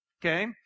Okay